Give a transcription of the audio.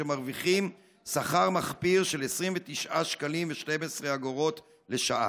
שמרוויחים שכר מחפיר של 29 שקלים ו-12 אגורות לשעה.